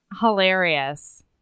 hilarious